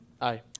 Aye